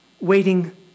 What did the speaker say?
waiting